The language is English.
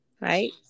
Right